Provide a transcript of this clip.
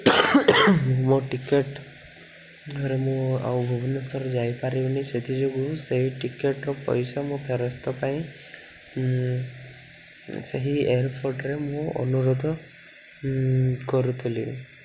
ମୋ ଟିକେଟ୍ରେ ମୁଁ ଆଉ ଭୁବନେଶ୍ୱର ଯାଇପାରିବିନି ସେଥିଯୋଗୁଁ ସେହି ଟିକେଟ୍ର ପଇସା ମୁଁ ଫେରସ୍ତ ପାଇଁ ସେହି ଏୟାରପୋର୍ଟ୍ରେ ମୁଁ ଅନୁରୋଧ କରୁଥିଲି